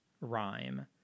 rhyme